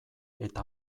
eta